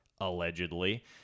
allegedly